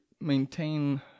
maintain